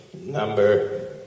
number